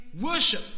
worship